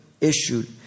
issued